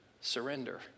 surrender